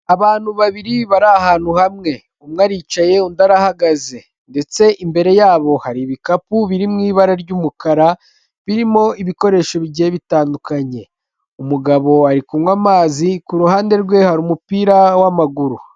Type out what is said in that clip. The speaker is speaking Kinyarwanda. Abantu babiri bari ahantu hamwe; umwe aricaye undi arahagaze, ndetse imbere yabo hari ibikapu biri mu ibara ry'umukara, birimo ibikoresho bigiye bitandukanye. Umugabo ari kunywa amazi ku ruhande rwe hari umupira w'amaguru.